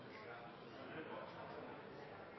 senere